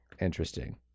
interesting